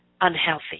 unhealthy